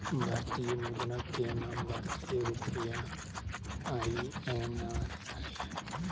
भारतीय मुद्रा के नाम भारतीय रुपया आई.एन.आर हइ